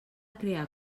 crear